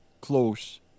close